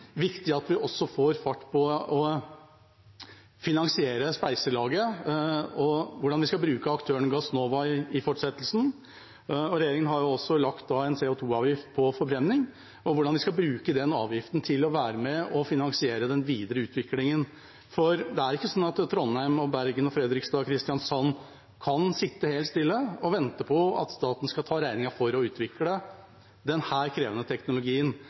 viktig at vi også får fart på å finansiere spleiselaget: hvordan vi skal bruke aktøren Gassnova i fortsettelsen, og hvordan vi skal bruke CO 2 -avgiften regjeringen har lagt på forbrenning, til å være med og finansiere den videre utviklingen. For det er ikke sånn at Trondheim, Bergen, Fredrikstad og Kristiansand kan sitte helt stille og vente på at staten skal ta regningen for å utvikle denne krevende teknologien.